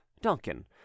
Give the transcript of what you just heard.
duncan